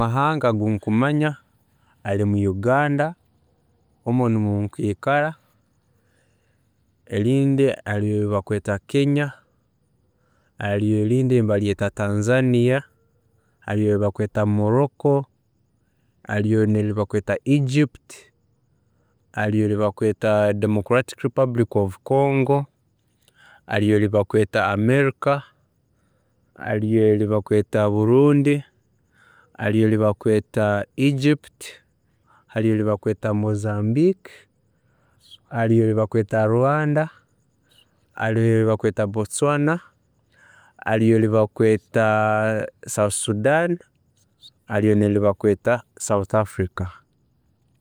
Amahanga agunkumanya harimu Uganda, omu nimwo nkiikara, erindi hariyo eribakweeta Kenya, erindi nibaryeta Tanzania, hariyo eribakweeta Morrocco, hariyo neri bakweta Egypt, hariyo DRC, hariyo eribakweta America, hariyo eribakweta Burundi, hariyo eribakweta Egypt, hariyo eribakweta Mozambique, hariyo eribakweta Rwanda, hariyo eribakweta Botswana, hariyo eribakweta South Sudan, hariyo neribakweta South Africa